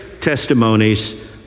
testimonies